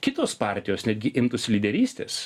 kitos partijos netgi imtųsi lyderystės